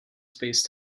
space